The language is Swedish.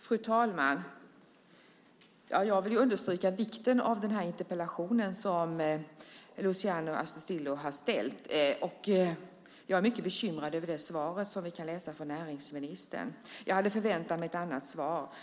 Fru talman! Jag vill understryka vikten av interpellationen som Luciano Astudillo har ställt. Jag är mycket bekymrad över svaret från näringsministern. Jag hade förväntat mig ett annat svar.